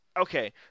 okay